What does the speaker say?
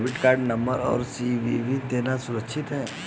Debit card number और CVV देना सुरक्षित है?